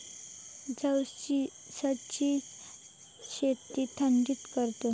जवसची शेती थंडीत करतत